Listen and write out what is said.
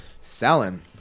selling